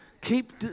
Keep